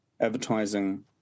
advertising